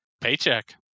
Paycheck